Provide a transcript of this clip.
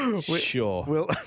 Sure